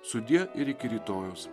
sudie ir iki rytojaus